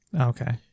Okay